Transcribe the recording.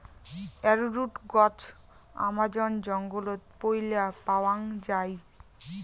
arrowroot গছ Amazon জঙ্গলত পৈলা পাওয়াং যাই